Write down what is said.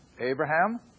Abraham